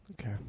Okay